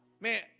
Man